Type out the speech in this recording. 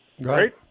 right